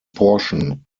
portion